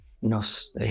nos